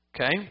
Okay